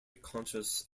conscious